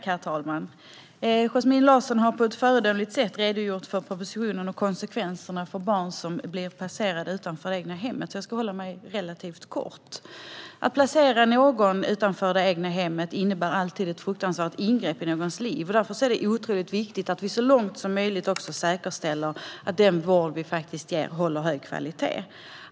Herr talman! Yasmine Larsson har på ett föredömligt sätt redogjort för propositionen och för konsekvenserna för barn som blir placerade utanför det egna hemmet, så jag ska hålla mitt anförande relativt kort. Att placera någon utanför det egna hemmet innebär alltid ett fruktansvärt ingrepp i personens liv. Därför är det otroligt viktigt att vi så långt som möjligt säkerställer att den vård vi ger håller hög kvalitet.